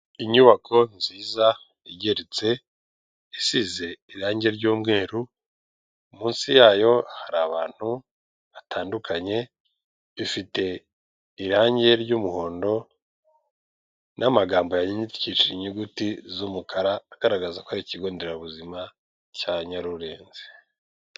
Inyubako nziza igeretse isize irangi ry'umweru munsi yayo hari abantu batandukanye, ifite irangi ry'umuhondo n'amagambo yandikishije inyuguti z'umukara agaragaza ko ari ikigon nderabuzima cya Nyarurenge.